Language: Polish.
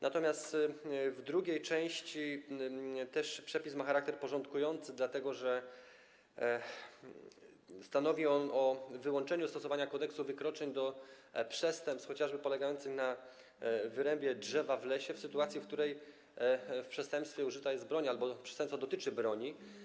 Natomiast w drugiej części przepis też ma charakter porządkujący, dlatego że stanowi on o wyłączeniu stosowania Kodeksu wykroczeń do przestępstw, chociażby polegających na wyrębie drzewa w lesie, w sytuacji, w której w przestępstwie użyta jest broń albo przestępstwo dotyczy broni.